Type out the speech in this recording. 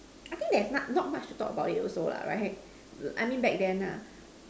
I think that's much not much to talk about it also right I mean back then lah